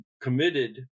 committed